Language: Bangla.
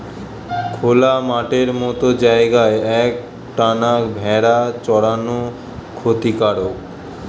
খোলা মাঠের মত জায়গায় এক টানা ভেড়া চরানো ক্ষতিকারক